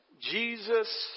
Jesus